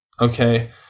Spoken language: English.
okay